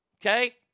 okay